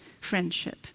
friendship